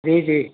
जी जी